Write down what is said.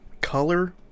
color